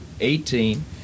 Eighteen